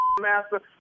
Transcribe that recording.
master